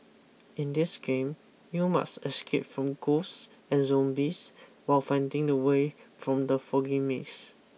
in this game you must escape from ghosts and zombies while finding the way from the foggy maze